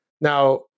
Now